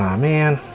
um man